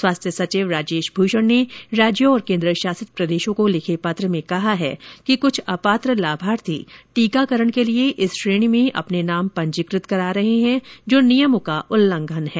स्वास्थ्य सचिव राजेश भूषण ने राज्यों और केंद्र शासित प्रदेशों को लिखे पत्र में कहा है कि कुछ अपात्र लाभार्थी टीकाकरण के लिए इस श्रेणी में अपने नाम पंजीकृत करा रहे हैं जो नियमों का उल्लंघन है